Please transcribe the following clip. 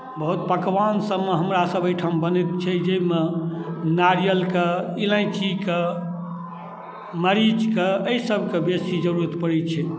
बहुत पकवान सभमे हमरासभ एहिठाम बनै छै जाहिमे नारियलके इलायचीके मरीचके एहि सभके बेसी जरूरत पड़ै छै